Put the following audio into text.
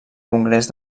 congrés